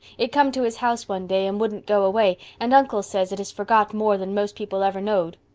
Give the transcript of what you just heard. it come to his house one day and woudent go away and unkle says it has forgot more than most people ever knowed.